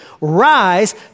rise